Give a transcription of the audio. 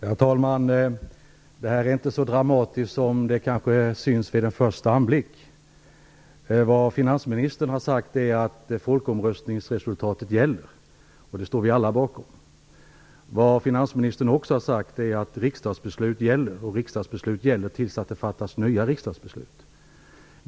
Herr talman! Det här är inte så dramatiskt som det kanske syns vid en första anblick. Vad finansministern har sagt är att folkomröstningsresultatet gäller, och det står vi alla bakom. Vad finansministern också har sagt är att riksdagsbeslut gäller och att de gäller till dess att det fattas nya riksdagsbeslut.